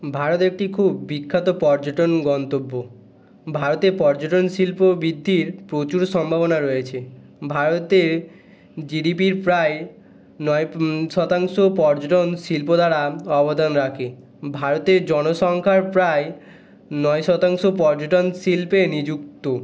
ভারত একটি খুব বিখ্যাত পর্যটন গন্তব্য ভারতে পর্যটন শিল্প বৃদ্ধির প্রচুর সম্ভাবনা রয়েছে ভারতে জিডিপির প্রায় নয় শতাংশ পর্যটন শিল্প দ্বারা অবদান রাখে ভারতের জনসংখ্যার প্রায় নয় শতাংশ পর্যটন শিল্পে নিযুক্ত